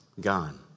gone